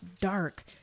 dark